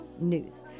news